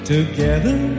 Together